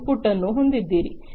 out ಪುಟ್ ಅನ್ನು ಹೊಂದಿದ್ದೀರಿ